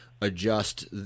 adjust